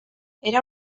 era